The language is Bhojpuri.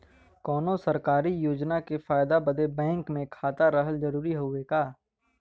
कौनो सरकारी योजना के फायदा बदे बैंक मे खाता रहल जरूरी हवे का?